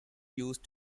used